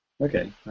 Okay